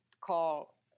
call